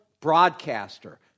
Broadcaster